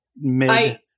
mid